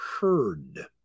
heard